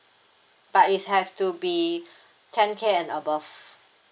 but it's has to be ten K and above